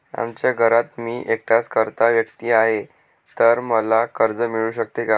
आमच्या घरात मी एकटाच कर्ता व्यक्ती आहे, तर मला कर्ज मिळू शकते का?